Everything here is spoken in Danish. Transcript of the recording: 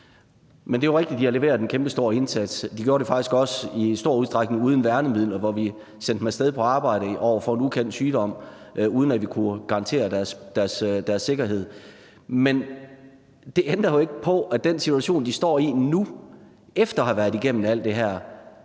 Det er jo rigtigt, at de har leveret en kæmpestor indsats. De gjorde det faktisk også i stor udstrækning uden værnemidler. Vi sendte dem af sted på arbejde, hvor vi stod over for en ukendt sygdom, uden at vi kunne garantere deres sikkerhed. Men det ændrer jo ikke på den situation, de står i nu, efter at de har været igennem alt det her.